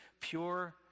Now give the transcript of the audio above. pure